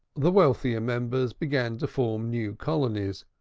the wealthier members began to form new colonies,